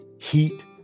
Heat